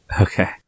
Okay